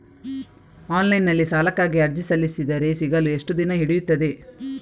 Online ನಲ್ಲಿ ಸಾಲಕ್ಕಾಗಿ ಅರ್ಜಿ ಸಲ್ಲಿಸಿದರೆ ಸಿಗಲು ಎಷ್ಟು ದಿನ ಹಿಡಿಯುತ್ತದೆ?